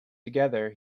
together